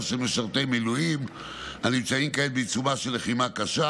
משרתי מילואים הנמצאים כעת בעיצומה של לחימה קשה.